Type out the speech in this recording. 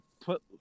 put